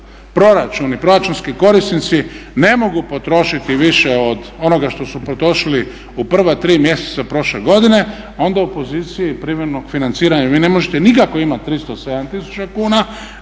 proračun i proračunski korisnici ne mogu potrošiti više od onoga što su potrošili u prva tri mjeseca prošle godine onda u poziciji privremenog financiranja, vi ne možete nikako imati 307 tisuća